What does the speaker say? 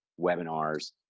webinars